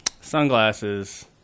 sunglasses